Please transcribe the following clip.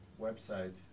website